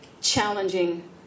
challenging